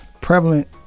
prevalent